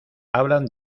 hablan